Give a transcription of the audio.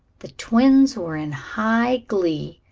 the twins were in high glee,